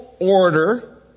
order